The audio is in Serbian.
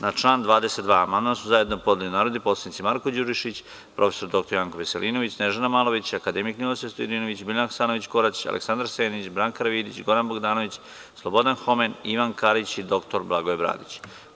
Na član 22. amandman su zajedno podneli narodni poslanici Marko Đurišić, prof. dr Janko Veselinović, Snežana Malović, akademik Ninoslav Stojadinović, Biljana Hasanović Korać, Aleksandar Senić, Branka Karavidić, Goran Bogdanović, Slobodan Homen, Ivan Karić i dr Blagoje Bradić.